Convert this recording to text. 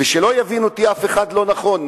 ושלא יבין אותי אף אחד לא נכון,